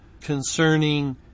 concerning